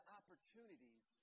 opportunities